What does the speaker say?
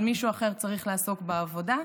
אבל מישהו אחר צריך לעסוק בעבודה.